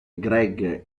greg